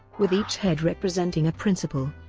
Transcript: with each head representing a principle.